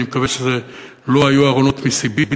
אני מקווה שאלה לא היו ארונות מסיבית